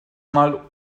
mal